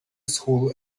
school